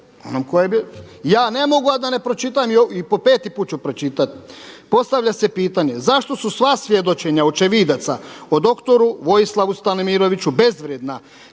Ja ne mogu a da ne pročitam i po peti put ću pročitat. Postavlja se pitanje zašto su sva svjedočenja očevidaca o doktoru Vojislavu Stanimiroviću bezvrijedna